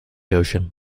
ocean